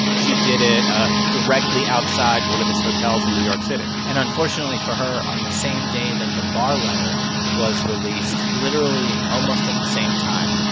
she did it ah directly outside one of his hotels in new york city and unfortunately for her, on the same day that the barr letter was released, literally almost at the same time.